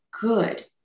good